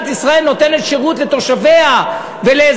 שבו מדינת ישראל נותנת שירות לתושביה ולאזרחיה.